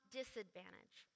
disadvantage